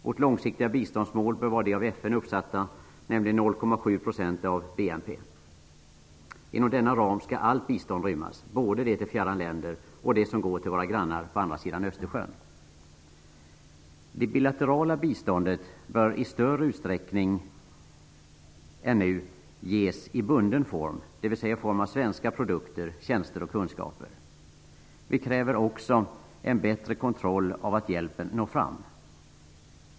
Vårt långsiktiga biståndsmål bör vara det av FN uppsatta målet, nämligen 0,7 % av BNI. Inom denna ram skall allt bistånd rymmas -- både det till fjärran länder och det som går till våra grannar på andra sidan Östersjön. Det bilaterala biståndet bör i större utsträckning än nu ges i bunden form, dvs. i form av svenska produkter, tjänster och kunskaper. Vi kräver också en bättre kontroll av att hjälpen når fram.